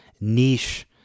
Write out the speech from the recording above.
niche